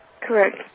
Correct